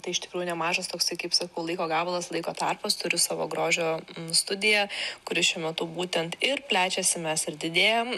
tai iš tikrųjų nemažas toksai kaip sakau laiko gabalas laiko tarpas turi savo grožio studiją kuri šiuo metu būtent ir plečiasi mes ir didėjam